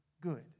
good